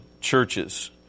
churches